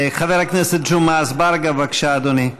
חבר הכנסת ג'מעה אזברגה, בבקשה, אדוני.